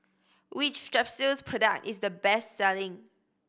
which Strepsils product is the best selling